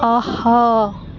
آہا